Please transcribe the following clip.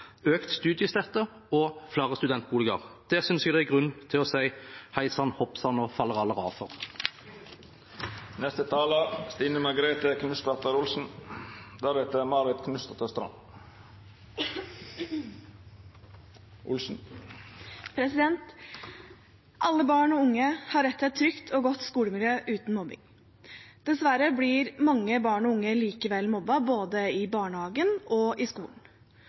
økt studiestøtte og flere studentboliger. Det synes jeg det er grunn til å si heisann og hoppsann og fallerallera for. Alle barn og unge har rett til et trygt og godt skolemiljø uten mobbing. Dessverre blir mange barn og unge likevel mobbet, både i barnehagen og i skolen.